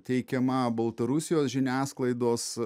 teikiama baltarusijos žiniasklaidos